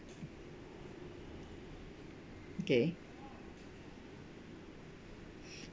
okay